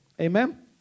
Amen